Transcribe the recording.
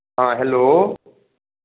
हँ हेलो